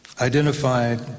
identified